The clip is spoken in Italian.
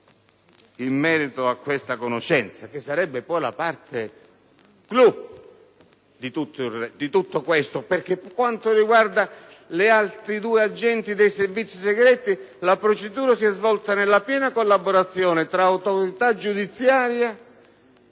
in merito a questa conoscenza, che sarebbe poi la parte *clou* di tutto. Infatti, per quanto riguarda gli altri due agenti dei Servizi segreti, la procedura si è svolta nella piena collaborazione tra Autorità giudiziaria